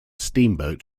steamboat